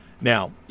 Now